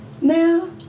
Now